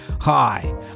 Hi